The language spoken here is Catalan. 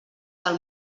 del